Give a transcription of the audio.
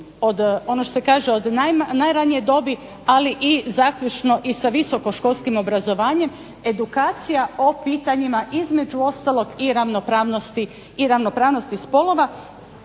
od najranije dobi, ali i zaključno i sa visokoškolskim obrazovanjem edukacija o pitanjima između ostalog i ravnopravnosti spolova.